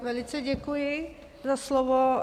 Velice děkuji za slovo.